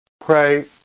pray